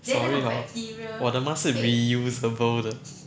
sorry horh 我的 mask 是 reusable 的